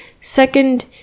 second